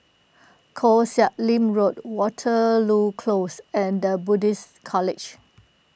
Koh Sek Lim Road Waterloo Close and the Buddhist College